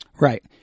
Right